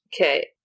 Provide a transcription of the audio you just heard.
Okay